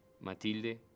Matilde